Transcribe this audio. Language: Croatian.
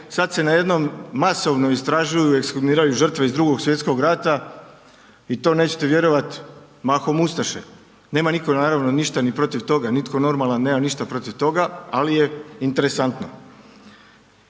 sad se najednom masovno istražuju, ekshumiraju žrtve iz II. Svj. rata, i to nećete vjerovati, mahom ustaše. Nema nitko, naravno ništa ni protiv toga, nitko normalan nema ništa protiv toga, ali je interesantno.